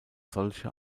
solche